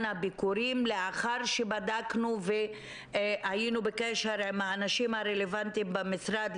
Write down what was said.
הביקורים לאחר שבדקנו והיינו בקשר עם האנשים הרלבנטיים במשרד.